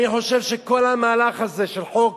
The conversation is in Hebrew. אני חושב שכל המהלך הזה של חוק,